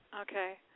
Okay